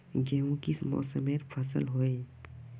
गेहूँ किस मौसमेर फसल होय?